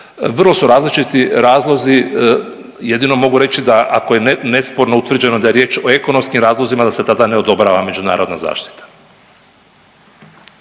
Vrlo su različiti razlozi jedino mogu reći da ako je nesporno utvrđeno da je riječ o ekonomskim razlozima da se tada ne odobrava međunarodna zaštita.